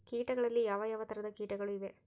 ಕೇಟಗಳಲ್ಲಿ ಯಾವ ಯಾವ ತರಹದ ಕೇಟಗಳು ಇವೆ?